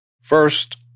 First